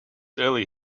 early